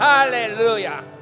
Hallelujah